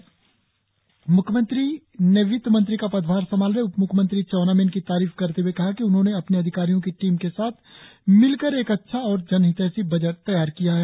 म्ख्यमंत्री ने वित्तमंत्री का पदभार संभाल रहे उप म्ख्यमंत्री चाउना मेन की तारीफ करते हए कहा कि उन्होंने अपने अधिकारियों की टीम के साथ मिलकर एक अच्छा और जनहितैषी बजट तैयार किया है